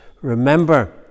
Remember